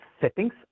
settings